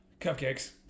Cupcakes